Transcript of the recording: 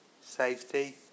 safety